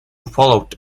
followed